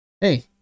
Hey